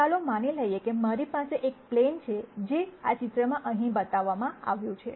ચાલો માની લઈએ કે મારી પાસે એક પ્લેન છે જે આ ચિત્રમાં અહીં બતાવવામાં આવ્યું છે